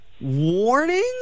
Warning